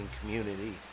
community